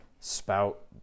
Spout